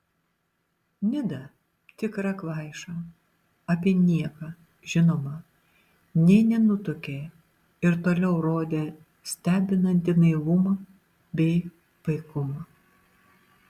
nida tikra kvaiša apie nieką žinoma nė nenutuokė ir toliau rodė stebinantį naivumą bei paikumą